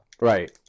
right